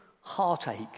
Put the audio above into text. heartache